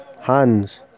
hands